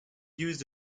used